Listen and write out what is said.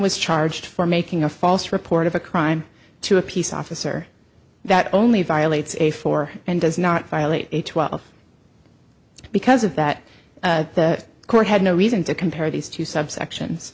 was charged for making a false report of a crime to a peace officer that only violates a four and does not violate a twelve because of that the court had no reason to compare these two subsections